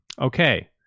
Okay